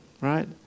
right